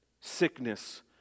sickness